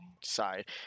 Side